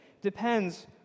depends